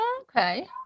Okay